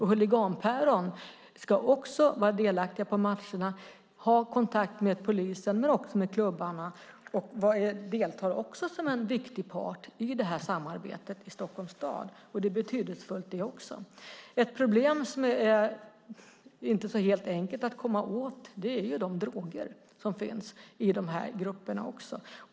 Huliganpäron ska vara delaktiga på matcherna, ha kontakt med polisen, men också med klubbarna och delta som en viktig part i det här samarbetet i Stockholms stad. Det är betydelsefullt det också. Ett problem som inte är så enkelt att komma åt är de droger som också finns i de här grupperna.